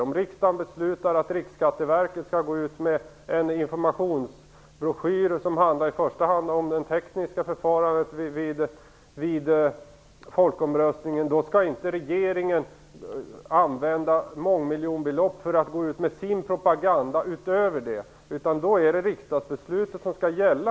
Om riksdagen beslutar att Riksskatteverket skall gå ut med en informationsbroschyr som i första hand handlar om det tekniska förfarandet vid folkomröstningen, skall inte regeringen använda mångmiljonbelopp för att gå ut med sin propaganda utöver det, utan då är det riksdagsbeslutet som skall gälla.